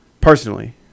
personally